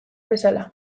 bezala